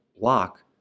block